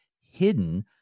hidden